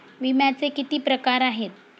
विम्याचे किती प्रकार आहेत?